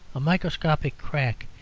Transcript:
a microscopic crack,